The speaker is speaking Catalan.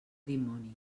dimoni